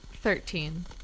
Thirteen